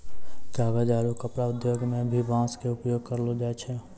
कागज आरो कपड़ा उद्योग मं भी बांस के उपयोग करलो जाय छै